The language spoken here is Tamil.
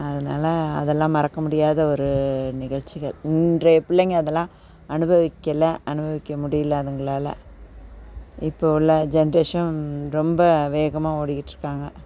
அதனால் அதெல்லாம் மறக்க முடியாத ஒரு நிகழ்ச்சிகள் இன்றைய பிள்ளைங்கள் அதெல்லாம் அனுபவிக்கலை அனுபவிக்க முடியிலை அதுங்களால இப்போ உள்ள ஜென்ரேஷன் ரொம்ப வேகமாக ஓடிகிட்ருக்காங்க